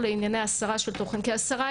שבסוף הם השגרירים הכי טובים,